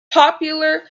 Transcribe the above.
popular